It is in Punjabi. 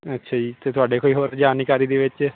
ਅੱਛਾ ਜੀ ਅਤੇ ਤੁਹਾਡੇ ਕੋਈ ਹੋਰ ਜਾਣਕਾਰੀ ਦੇ ਵਿੱਚ